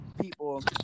people